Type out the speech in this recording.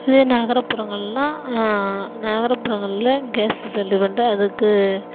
இதே நகரப்புறங்கள்னால் நகரப்புறங்களில் கேஸ் சிலிண்டருன்னால் அதுக்கு